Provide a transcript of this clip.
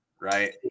right